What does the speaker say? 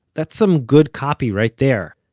that's some good copy right there.